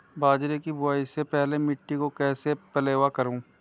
बाजरे की बुआई से पहले मिट्टी को कैसे पलेवा करूं?